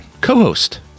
co-host